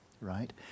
right